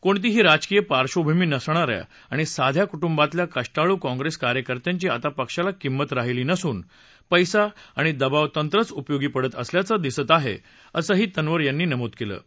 कोणतीही राजकीय पार्श्वभूमी नसणाऱ्या आणि साध्या कुटुंबातल्या कष्टाळू काँप्रेस कार्यकर्त्यांची आता पक्षाला किमत राहिली नसून पैसा आणि दबावतंत्रच उपयोगी पडत असल्याचं दिसत आहे असंही तन्वर यांनी नमूद केलं आहे